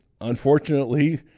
unfortunately